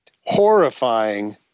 horrifying